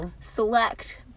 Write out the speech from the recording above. select